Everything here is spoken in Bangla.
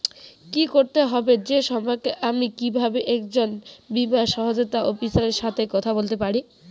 কী করতে হবে সে সম্পর্কে আমি কীভাবে একজন বীমা সহায়তা অফিসারের সাথে কথা বলতে পারি?